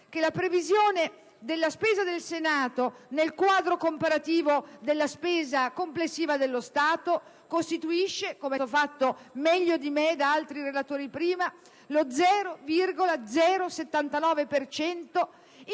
che la previsione della spesa del Senato nel quadro comparativo della spesa complessiva dello Stato costituisce, come meglio è stato fatto notare da altri relatori prima, lo 0,079